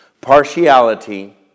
partiality